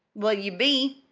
well, ye be.